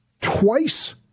Twice